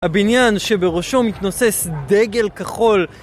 הבניין שבראשו מתנוסס דגל כחול